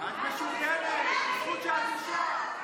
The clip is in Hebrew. את משוריינת בזכות זה שאת אישה.